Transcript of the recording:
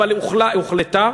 אבל הוחלטה,